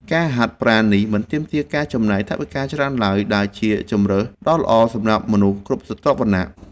ការហាត់ប្រាណនេះមិនទាមទារការចំណាយថវិកាច្រើនឡើយ ដែលវាជាជម្រើសដ៏ល្អសម្រាប់មនុស្សគ្រប់ស្រទាប់វណ្ណៈ។